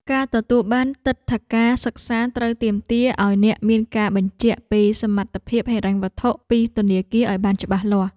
ការទទួលបានទិដ្ឋាការសិក្សាត្រូវទាមទារឱ្យអ្នកមានការបញ្ជាក់ពីសមត្ថភាពហិរញ្ញវត្ថុពីធនាគារឱ្យបានច្បាស់លាស់។